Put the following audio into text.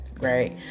right